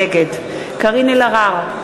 נגד קארין אלהרר,